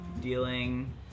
Dealing